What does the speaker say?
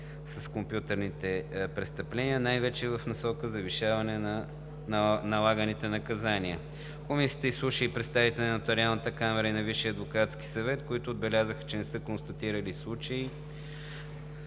с компютърните престъпления най вече в насока завишаване на налаганите наказания. Комисията изслуша и представителите на Нотариалната камара и на Висшия адвокатски съвет, които отбелязаха, че не са констатирани случаи